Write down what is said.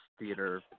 theater